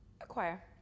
Acquire